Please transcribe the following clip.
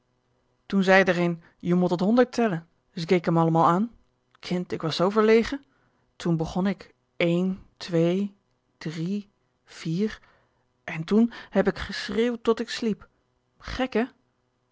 toen zei d'r een je mot tot honderd telle ze keke me allemaal an kind ik was zoo verlege toen begon ik een twee drie vier en toen heb ik geschreeuwd tot ik sliep gek